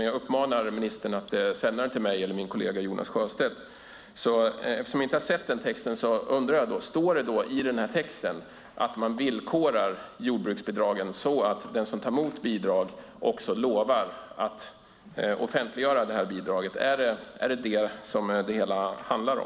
Jag uppmanar ministern att sända den till mig eller min kollega Jonas Sjöstedt. Eftersom vi inte har sett texten undrar jag: Står det i texten att man villkorar jordbruksbidragen så att den som tar emot bidrag också lovar att offentliggöra bidraget? Är det var det hela handlar om?